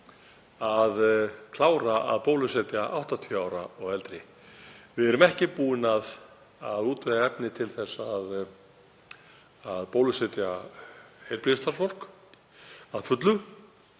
að klára að bólusetja 80 ára og eldri. Við erum ekki búin að útvega efni til að bólusetja heilbrigðisstarfsfólk að fullu.